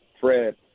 Fred –